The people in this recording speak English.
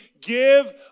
give